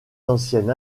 ancienne